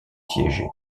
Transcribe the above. siéger